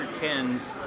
Ken's